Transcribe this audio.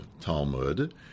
Talmud